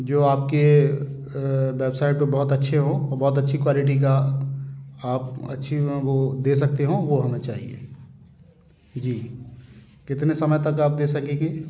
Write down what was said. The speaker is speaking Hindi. जो आप के बेवसाइड पर बहुत अच्छे हों और बहुत अच्छी क्वालिटी का आप अच्छी हों वो दे सकते हों वो हमें चाहिए जी कितने समय तक आप दे सकेंगे